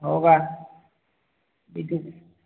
हो का ठीक ठीक